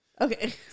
Okay